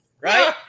right